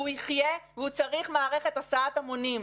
הוא יחיה והוא צריך מערכת הסעת המונים.